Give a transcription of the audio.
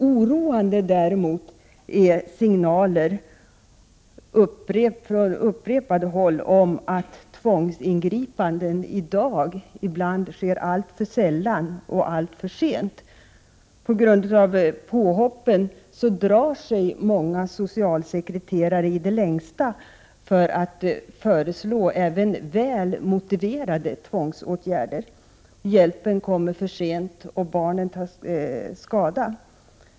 Oroande är däremot upprepade signaler från olika håll om att tvångsingripanden i dag sker alltför sällan och ibland alltför sent. På grund av alla påhopp drar sig många socialsekreterare i det längsta för att också föreslå väl motiverade tvångsåtgärder. Hjälpen kommer för sent och barnen tar skada.